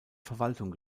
verwaltung